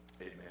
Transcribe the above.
amen